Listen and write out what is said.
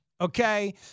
Okay